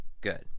Good